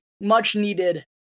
much-needed